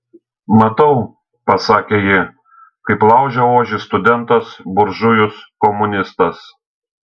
matau pasakė ji kaip laužia ožį studentas buržujus komunistas